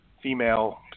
female